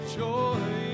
joy